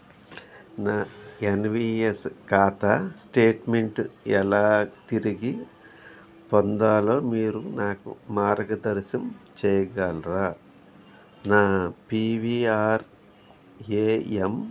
నా ఎన్వీఎస్ ఖాతా స్టేట్మెంట్ ఎలా తిరిగి పొందాలో మీరు నాకు మార్గనిర్దేశం చేయగలరా నా పీఆర్ఏఎమ్